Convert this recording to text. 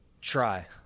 try